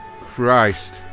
Christ